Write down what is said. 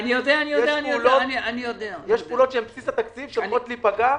יש פעולות שהן בבסיס התקציב שהולכות להיפגע.